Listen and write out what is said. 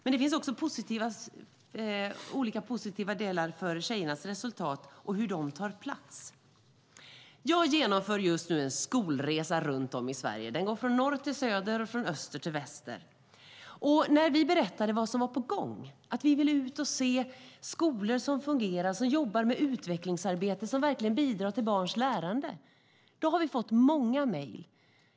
Men det finns också positiva delar när det gäller tjejernas resultat och hur de tar plats. Jag genomför just nu en skolresa i Sverige. Den går från norr till söder och från öster till väster. När vi berättade vad som var på gång, att vi ville ut och se skolor som fungerar, som jobbar med utvecklingsarbete och som verkligen bidrar till barns lärande fick vi många mejl.